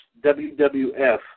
WWF